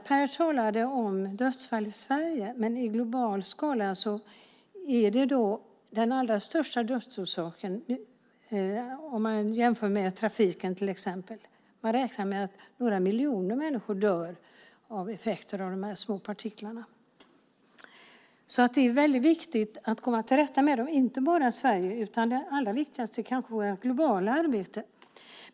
Per talade om dödsfall i Sverige, men i global skala är detta den allra största dödsorsaken, om man jämför med trafiken till exempel. Man räknar med att några miljoner människor dör av effekter av de här små partiklarna. Det är alltså väldigt viktigt att komma till rätta med dem, inte bara i Sverige utan allra viktigast är kanske vårt globala arbete.